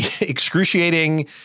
excruciating